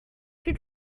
qui